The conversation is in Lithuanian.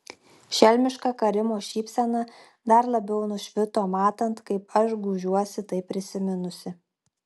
šelmiška karimo šypsena dar labiau nušvito matant kaip aš gūžiuosi tai prisiminusi